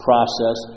Process